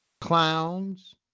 clowns